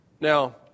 Now